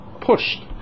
pushed